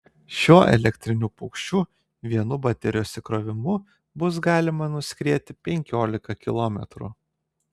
šiuo elektriniu paukščiu vienu baterijos įkrovimu bus galima nuskrieti penkiolika kilometrų